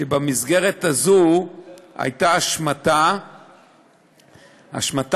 שבמסגרת הזאת הייתה השמטה טכנית